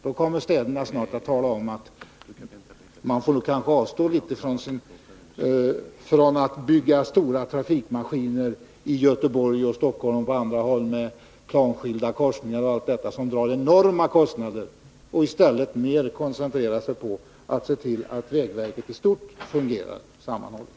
Då kommer man från städerna snart att tala om att vi får avstå från att i Göteborg, i Stockholm och på andra håll bygga en del stora trafikmaskinerier med planskilda korsningar osv., som skulle dra enorma kostnader och i Nr 51 stället får koncentrera oss på att se till att vägnätet i stort fungerar. Tisdagen den